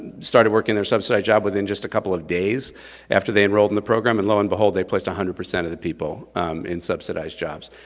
started working their subsidized job within just a couple of days after they enrolled in the program and lo and behold, they place one hundred percent of the people in subsidized jobs.